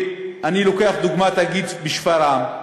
אני לוקח דוגמה את התאגיד בשפרעם,